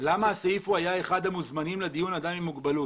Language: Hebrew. למה נאמר בסעיף ש"היה אחד המוזמנים לדיון אדם עם מוגבלות"?